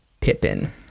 Pippin